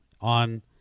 on